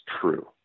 true